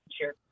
Sure